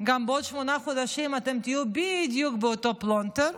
גם בעוד שמונה חודשים אתם תהיו בדיוק באותו פלונטר,